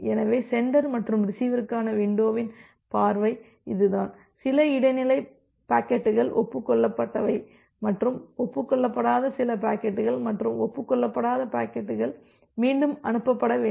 எனவே சென்டர் மற்றும் ரிசிவருக்கான விண்டோவின் பார்வை இதுதான் சில இடைநிலை பாக்கெட்டுகள் ஒப்புக் கொள்ளப்பட்டவை மற்றும் ஒப்புக்கொள்ளப்படாத சில பாக்கெட்டுகள் மற்றும் ஒப்புக் கொள்ளப்படாத பாக்கெட்டுகள் மீண்டும் அனுப்பப்பட வேண்டும்